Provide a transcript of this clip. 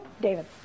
David